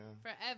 forever